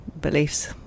beliefs